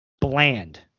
bland